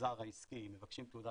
המגזר העסקי, אם מבקשים תעודת